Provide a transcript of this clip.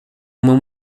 uma